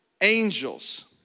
angels